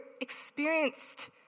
experienced